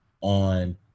on